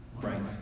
right